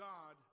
God